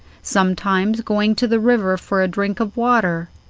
sometimes going to the river for a drink of water,